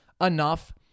enough